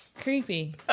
Creepy